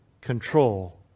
control